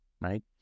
right